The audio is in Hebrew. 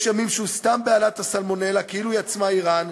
ימים שהוא סתם בהלת הסלמונלה כאילו היא עצמה איראן,